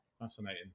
fascinating